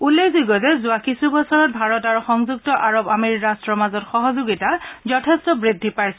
উল্লেখযোগ্য যে যোৱা কিছুবছৰত ভাৰত আৰু সংযুক্ত আৰৱ আমেৰি ৰাট্টৰ মাজত সহযোগিতা যথেষ্ট বুদ্ধি পাইছে